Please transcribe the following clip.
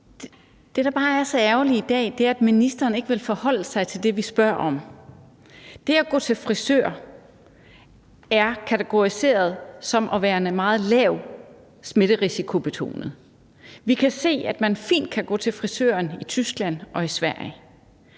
Det, der bare er så ærgerligt, er, at ministeren ikke vil forholde sig til det, vi spørger om. Det at gå til frisør er kategoriseret som værende meget lavt smitterisikobetonet. Vi kan se, at man fint kan gå til frisøren i Tyskland og i Sverige,